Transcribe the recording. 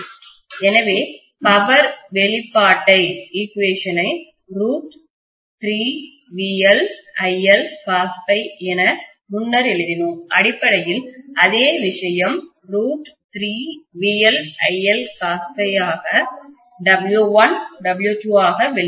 எனவே பவர் வெளிப்பாட்டை ரூட் என முன்னர் எழுதினோம் அடிப்படையில் அதே விஷயம் ரூட் ஆக W1 W2 ஆக வெளிவருகிறது